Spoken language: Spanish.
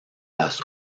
las